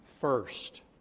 first